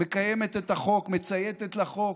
מקיימת את החוק, מצייתת לחוק,